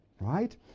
right